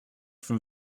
from